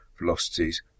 velocities